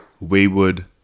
wayward